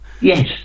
Yes